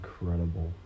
incredible